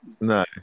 No